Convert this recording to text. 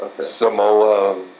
Samoa